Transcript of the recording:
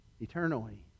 eternally